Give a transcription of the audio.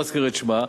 לא אזכיר את שמה,